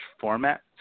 format